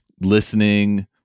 listening